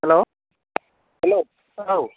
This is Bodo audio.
हेल' हेल' औ